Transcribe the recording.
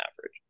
average